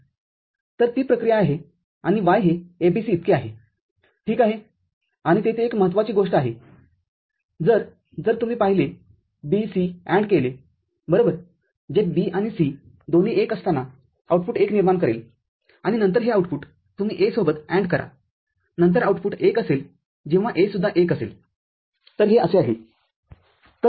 तर ती प्रक्रिया आहे आणि Y हे ABC इतके आहे ठीक आहे आणि येथे एक महत्त्वाची गोष्ट आहे जर जर तुम्ही पहिले B C AND केले बरोबर जे B आणि C दोन्ही १ असताना आउटपुट १ निर्माण करेल आणिनंतर हे आउटपुटतुम्ही A सोबत AND करानंतर आउटपुट १ असेल जेव्हा A सुद्धा १ असेल तर हे असे आहे